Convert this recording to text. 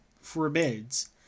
forbids